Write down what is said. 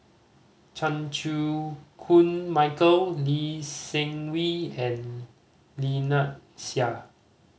Chan Chew Koon Michael Lee Seng Wee and Lynnette Seah